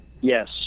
Yes